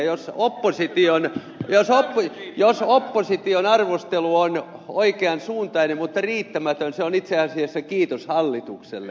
jos opposition arvostelu on oikean suuntainen mutta riittämätön se on itse asiassa kiitos hallitukselle